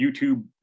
YouTube